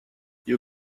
you